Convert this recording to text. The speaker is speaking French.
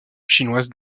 chinoises